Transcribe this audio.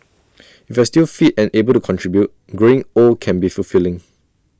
if you're still fit and able to contribute growing old can be fulfilling